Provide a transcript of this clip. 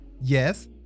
yes